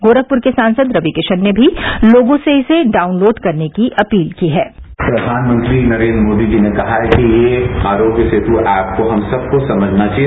गोरखपुर के सांसद रविकिशन ने भी लोगों से इसे डाउनलोड करने की अपील की है प्रधानमंत्री नरेन्द्र मोदी जी ने कहा है कि आरोग्य सेतु ऐप हम सबको समझना चाहिए